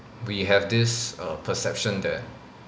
we have this err perception that